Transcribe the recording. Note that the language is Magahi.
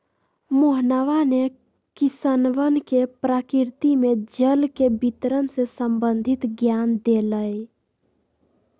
मोहनवा ने किसनवन के प्रकृति में जल के वितरण से संबंधित ज्ञान देलय